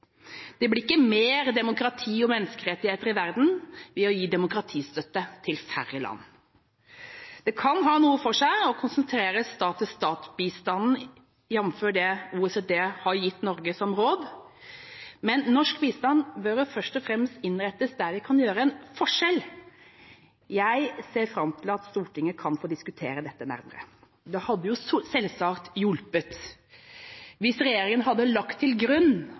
Det blir ikke mer demokrati og menneskerettigheter i verden ved å gi demokratistøtte til færre land. Det kan ha noe for seg å konsentrere stat-til-stat-bistanden, jf. det OECD har gitt Norge som råd, men norsk bistand bør først og fremst innrettes der vi kan gjøre en forskjell. Jeg ser fram til at Stortinget kan få diskutere dette nærmere. Det hadde selvsagt hjulpet hvis regjeringa hadde lagt til grunn